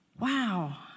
Wow